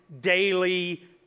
daily